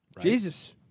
Jesus